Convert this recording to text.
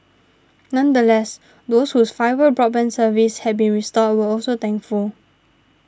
nonetheless those whose fibre broadband service had been restored were also thankful